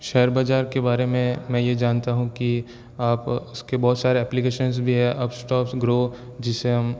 share बज़ार के बारे में मैं ये जानता हूँ कि आप उसके बहुत सारे ऐप्प्लिकशन्स भी हैं अपस्टॉक्स ग्रो जिसे हम